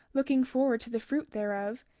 looking forward to the fruit thereof,